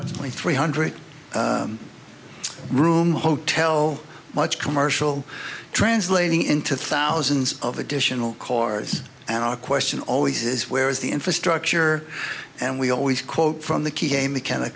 a three hundred room hotel much commercial translating into thousands of additional cores and our question always is where is the infrastructure and we always quote from the key a mechanic